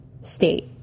state